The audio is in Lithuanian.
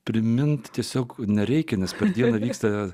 priminti tiesiog nereikia nes per dieną vyksta